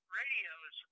radios